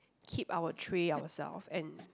keep our tray ourself and